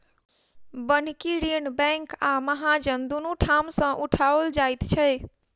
बन्हकी ऋण बैंक आ महाजन दुनू ठाम सॅ उठाओल जाइत छै